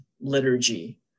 liturgy